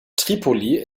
tripolis